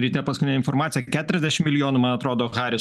ryte paskutinę informaciją keturiasdešim milijonų man atrodo haris